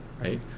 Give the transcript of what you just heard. right